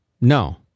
no